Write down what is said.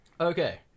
Okay